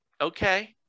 Okay